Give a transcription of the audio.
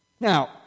Now